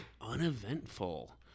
uneventful